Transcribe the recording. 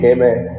Amen